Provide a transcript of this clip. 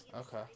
Okay